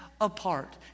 Apart